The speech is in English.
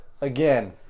again